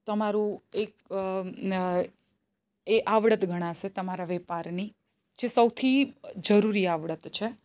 તમારું એક એ આવડત ગણાશે તમારા વેપારની જે સૌથી જરૂરી આવડત છે